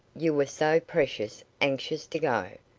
you were so precious anxious to go.